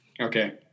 Okay